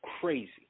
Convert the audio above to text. crazy